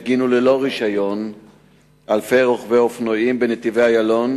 הפגינו ללא רשיון אלפי רוכבי אופנועים בנתיבי-איילון